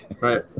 Right